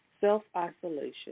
self-isolation